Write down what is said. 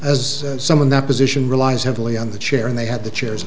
as someone that position relies heavily on the chair and they had the chairs